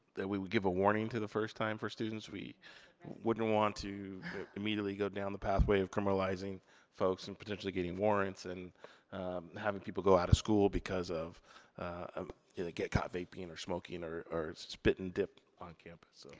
that we would give a warning to the first time for students. we wouldn't want to immediately go down the pathway of criminalizing folks and potentially getting warrants and having people go out of school because of ah they get caught vaping or smoking, or or spitting dip on campus. so